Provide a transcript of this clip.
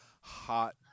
Hot